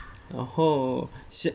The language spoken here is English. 然后